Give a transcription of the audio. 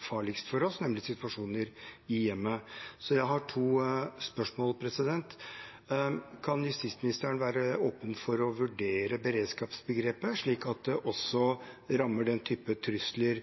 farligst for oss, nemlig situasjoner i hjemmet. Jeg har to spørsmål: Kan justisministeren være åpen for å vurdere beredskapsbegrepet, slik at det også rammer den type trusler